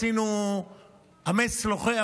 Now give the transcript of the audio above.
עשינו "אמץ לוחם",